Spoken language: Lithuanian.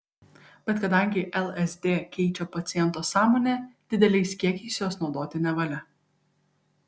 bet kadangi lsd keičia paciento sąmonę dideliais kiekiais jos naudoti nevalia